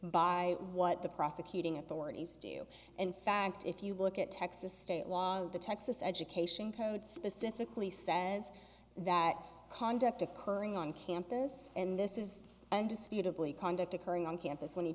by what the prosecuting authorities do in fact if you look at texas state law the texas education code specifically says that conduct occurring on campus and this is an disputable conduct occurring on campus when he